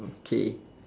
okay